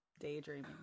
daydreaming